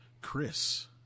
Chris